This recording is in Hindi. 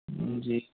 जी